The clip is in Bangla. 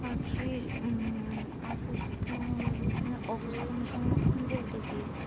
পাখির অবস্থান মানে অবস্থান সংরক্ষণ বলতে কি